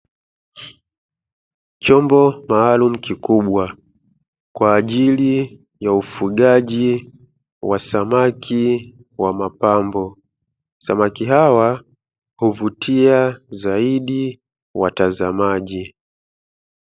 Chombo maalumu kikubwa kwa ajili ya ufugaji wa samaki wa mapambo. Samaki hawa huvutia zaidi watazamaji.